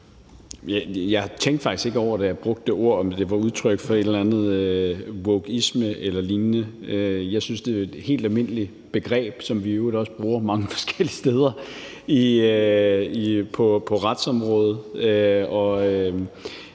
Jeg tænkte faktisk ikke over, da jeg brugte det ord, om det var udtryk for wokeisme eller lignende. Jeg synes, det er et helt almindeligt begreb, som vi i øvrigt også bruger mange forskellige steder på retsområdet.